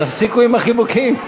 תפסיקו עם החיבוקים.